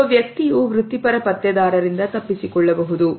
ಒಬ್ಬ ವ್ಯಕ್ತಿಯು ವೃತ್ತಿಪರ ಪತ್ತೆದಾರರಿಂದ ತಪ್ಪಿಸಿಕೊಳ್ಳಬಹುದು